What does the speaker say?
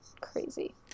crazy